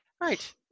Right